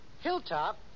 Hilltop